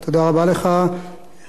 חבר הכנסת ניצן הורוביץ,